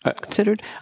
considered